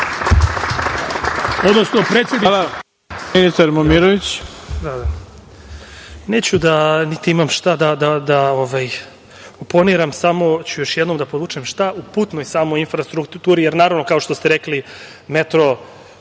ima ministar Momirović.